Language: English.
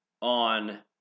on